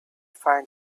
find